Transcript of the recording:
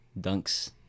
Dunks